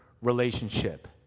relationship